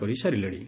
କରିସାରିଲେଣି